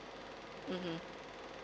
mmhmm